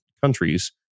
countries